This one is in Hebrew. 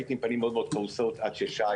הייתי עם פנים מאוד-מאוד כעוסות עד ששי